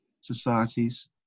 societies